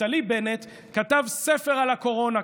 נפתלי בנט כתב ספר על הקורונה.